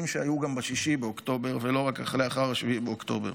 שהיו גם ב-6 באוקטובר ולא רק אחרי 7 באוקטובר.